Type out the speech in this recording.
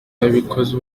yabikoze